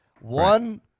One